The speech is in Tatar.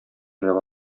менеп